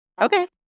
okay